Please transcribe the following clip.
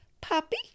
Puppy